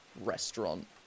restaurant